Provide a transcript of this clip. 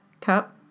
cup